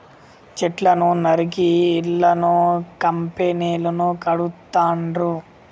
చెట్లను నరికి ఇళ్లను కంపెనీలను కడుతాండ్రు